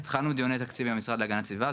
התחלנו דיוני תקציב עם המשרד להגנת הסביבה,